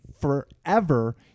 forever